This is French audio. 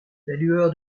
lueur